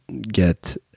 get